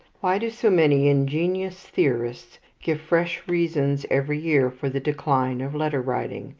why do so many ingenious theorists give fresh reasons every year for the decline of letter writing,